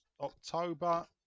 October